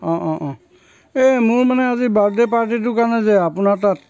অ' অ' অ' এই মোৰ মানে আজি বাৰ্থডে' পাৰ্টিটো কাৰণে যে আপোনাৰ তাত